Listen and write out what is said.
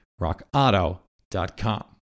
rockauto.com